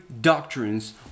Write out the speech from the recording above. doctrines